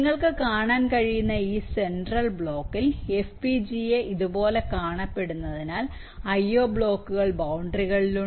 നിങ്ങൾക്ക് കാണാൻ കഴിയുന്ന ഈ സെൻട്രൽ ബ്ലോക്കിൽ FPGA ഇതുപോലെ കാണപ്പെടുന്നതിനാൽ IO ബ്ലോക്കുകൾ ബൌണ്ടറികളിലുണ്ട്